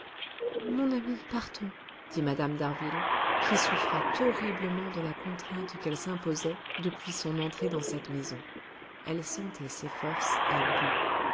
mon ami partons dit mme d'harville qui souffrait horriblement de la contrainte qu'elle s'imposait depuis son entrée dans cette maison elle sentait ses forces à bout